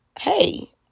Hey